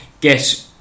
get